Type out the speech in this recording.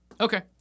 Okay